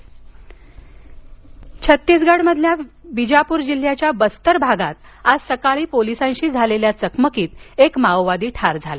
माओवादी छत्तीसगडमधील बिजापूर जिल्ह्याच्या बस्तर भागात आज सकाळी पोलिसांशी झालेल्या चकमकीत एक माओवादी ठार झाला